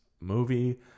movie